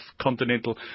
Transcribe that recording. continental